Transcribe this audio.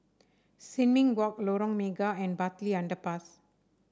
Sin Ming Walk Lorong Mega and Bartley Underpass